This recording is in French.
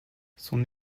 son